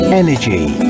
energy